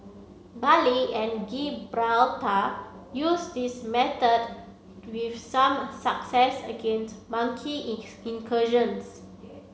Bali and Gibraltar used this method with some success against monkey incursions